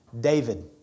David